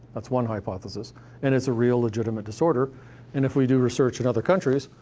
that's one hypothesis and it's a real, legitimate disorder, and if we do research in other countries,